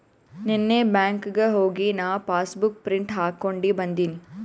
ನೀನ್ನೇ ಬ್ಯಾಂಕ್ಗ್ ಹೋಗಿ ನಾ ಪಾಸಬುಕ್ ಪ್ರಿಂಟ್ ಹಾಕೊಂಡಿ ಬಂದಿನಿ